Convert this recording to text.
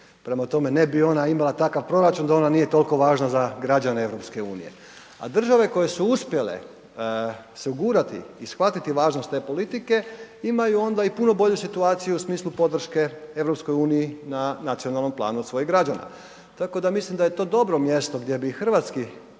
prema tome ne bi ona imala takav proračun da ona nije toliko važna za građane EU, a države koje su uspjele se ugurati i shvatiti važnost te politike imaju onda i puno bolju situaciju u smislu podrške EU-i na nacionalnom planu od svojih građana. Tako da mislim da je to dobro mjesto gdje bi hrvatski